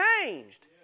changed